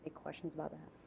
questions about that?